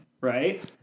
right